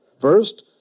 First